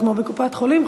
כמו בקופת-חולים.